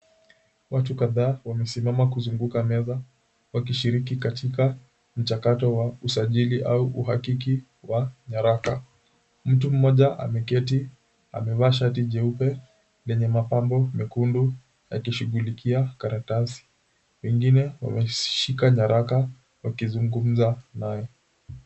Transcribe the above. Watu kadhaa wamesimama kuzunguka meza wakishiriki katika mchakato wa usajili au uhakiki wa nyaraka, mtu mmoja ameketi amevaa shati jeupe lenye mapambo mekundu wakishughulikia karatasi wengine wameshika nyaraka wakizungumza nae.